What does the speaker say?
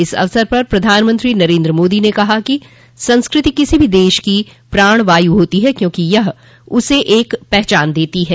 इस अवसर पर प्रधानमंत्री नरेन्द्र मोदी ने कहा कि संस्कृति किसी भी दश की प्राण वायु होती है क्योंकि यह उसे एक पहचान देती है